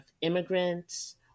immigrants